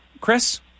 Chris